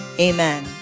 Amen